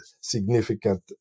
significant